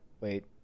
wait